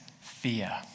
fear